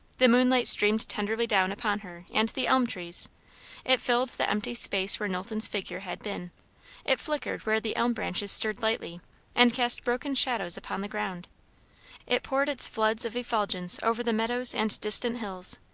the moonlight streamed tenderly down upon her and the elm trees it filled the empty space where knowlton's figure had been it flickered where the elm branches stirred lightly and cast broken shadows upon the ground it poured its floods of effulgence over the meadows and distant hills,